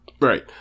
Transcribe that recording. right